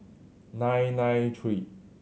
nine nine three